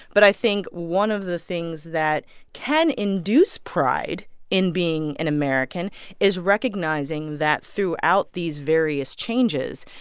but i think one of the things that can induce pride in being an american is recognizing that, throughout these various changes,